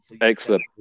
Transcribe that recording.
Excellent